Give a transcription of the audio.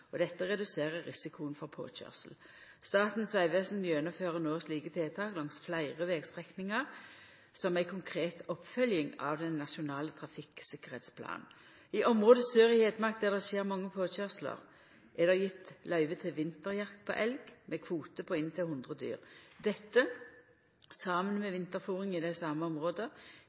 og dette reduserer risikoen for påkøyrsel. Statens vegvesen gjennomfører no slike tiltak langs fleire vegstrekningar som ei konkret oppfølging av den nasjonale trafikktryggleiksplanen. I området sør i Hedmark der det skjer mange påkøyrslar, er det gjeve løyve til vinterjakt på elg, med kvote på inntil 100 dyr. Dette, saman med vinterfôring i dei same områda,